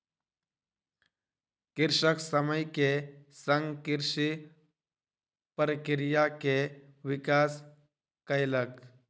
कृषक समय के संग कृषि प्रक्रिया के विकास कयलक